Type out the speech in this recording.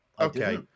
okay